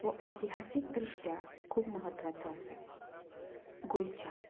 वो एतिहासीक दृश्ट्या खूब म्हत्वाचो आसा गोंयच्या